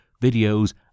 videos